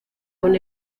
con